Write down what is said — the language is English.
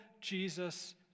Jesus